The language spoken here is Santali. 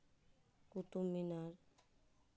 ᱠᱩᱛᱩᱵᱽ ᱢᱤᱱᱟᱨ